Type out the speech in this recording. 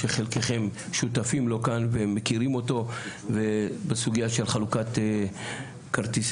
שחלקכם שותפים לו כאן ומכירים אותו ובסוגייה של חלוקת כרטיס